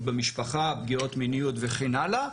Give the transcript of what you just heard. פגיעות מיניות וכן הלאה,